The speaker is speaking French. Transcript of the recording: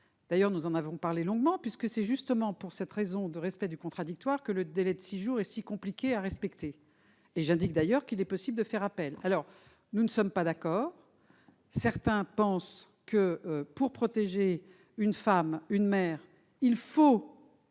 d'ailleurs parlé longuement : c'est justement pour ce motif de respect du contradictoire que le délai de six jours est si compliqué à respecter. J'indique d'ailleurs qu'il est possible de faire appel. Nous ne sommes pas d'accord : certains pensent que, pour protéger une femme, une mère, il faut,